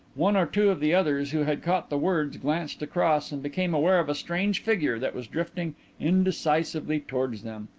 one or two of the others who had caught the words glanced across and became aware of a strange figure that was drifting indecisively towards them.